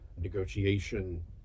negotiation